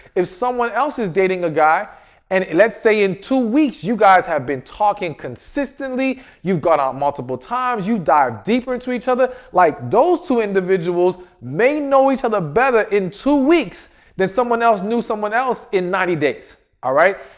if someone else is dating a guy and let's say in two weeks, you guys have been talking consistently, you've gone out multiple times, you dived deeper into each other. like, those two individuals may know each other better in two weeks than someone else knew someone else in ninety days, all right.